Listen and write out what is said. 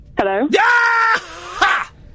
Hello